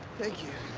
thank you.